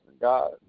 god